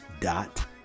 dot